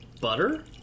butter